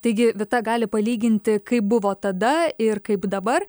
taigi vita gali palyginti kaip buvo tada ir kaip dabar